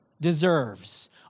deserves